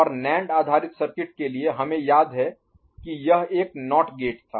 और नैंड आधारित सर्किट के लिए हमें याद है कि यह एक नॉट गेट था